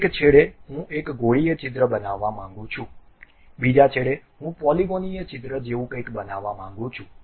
એક છેડે હું એક ગોળીય છિદ્ર બનાવવા માંગુ છું બીજા છેડે હું પોલિગનીય છિદ્ર જેવું કંઈક બનાવવા માંગું છું